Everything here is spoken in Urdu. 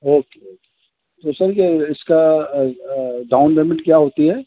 اوکے اوکے تو سر یہ اس کا ڈاؤن پیمنٹ کیا ہوتی ہے